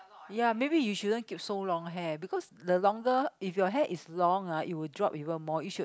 ya maybe you shouldn't keep so long hair because the longer if your hair is long ah it will drop even more you should